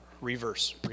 reverse